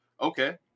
okay